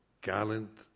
gallant